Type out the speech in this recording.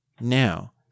Now